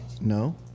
No